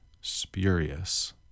spurious